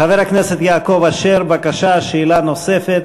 חבר הכנסת יעקב אשר, בבקשה, שאלה נוספת.